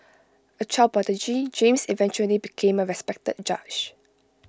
A child prodigy James eventually became A respected judge